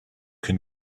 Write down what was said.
can